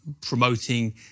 promoting